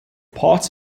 part